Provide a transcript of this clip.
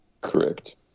Correct